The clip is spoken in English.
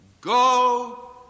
Go